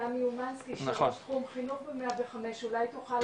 תמי אומנסקי שהיא יושב ראש חינוך ב-105 אולי תוכל.